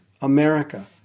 America